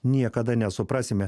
niekada nesuprasime